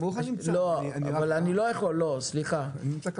יש פה